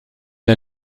der